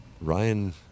Ryan